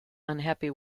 unhappy